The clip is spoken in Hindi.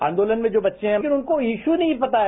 आंदोलन में जो बच्चे हैं अभी उनको इस्यू ही नहीं पता है